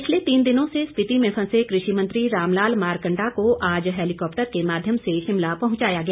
पिछले तीन दिनों से स्पिति में फंसे कृषि मंत्री रामलाल मारकंडा को आज हेलिकॉप्टर के माध्यम से शिमला पहुंचाया गया